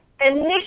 initially